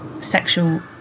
sexual